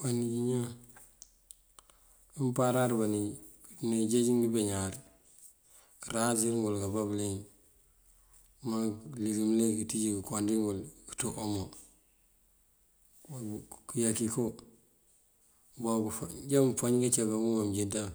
Banij ñaan mëmparar banij këduna jeej ngëbeñuwar karansir ngul kabá bëliyëng. Këmaŋ këlik mëlik këţíj këkon dí ngul këţú omo ubá këyak iko. Mënjá mënfañ icak amënkëma mënjënţan